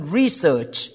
research